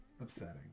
Upsetting